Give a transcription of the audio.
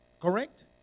Correct